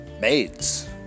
Maids